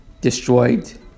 destroyed